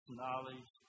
knowledge